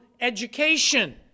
education